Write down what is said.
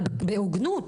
אבל בהוגנות.